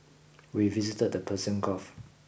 we visited the Persian Gulf